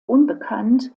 unbekannt